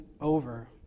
over